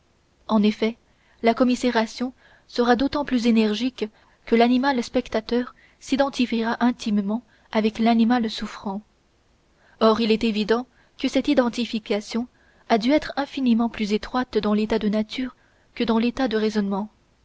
en effet la commisération sera d'autant plus énergique que l'animal spectateur s'identifiera intimement avec l'animal souffrant or il est évident que cette identification a dû être infiniment plus étroite dans l'état de nature que dans l'état de raisonnement